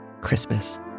Christmas